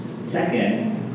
Second